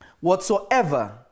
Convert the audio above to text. whatsoever